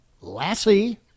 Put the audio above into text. Lassie